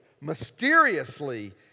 mysteriously